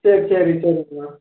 சரி சரி சரிங்கம்மா